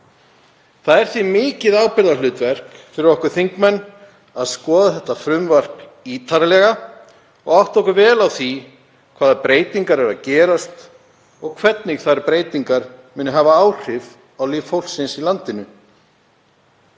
Það er því mikið ábyrgðarhlutverk fyrir okkur þingmenn að skoða fjárlagafrumvarpið ítarlega og átta okkur vel á því hvaða breytingar eru að gerast og hvernig þær breytingar munu hafa áhrif á líf fólksins í landinu.